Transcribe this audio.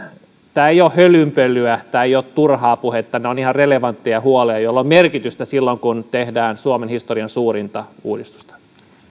tämä ei ole hölynpölyä tämä ei ole turhaa puhetta ne ovat ihan relevantteja huolia joilla on merkitystä silloin kun tehdään suomen historian suurinta uudistusta